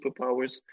superpowers